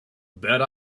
bet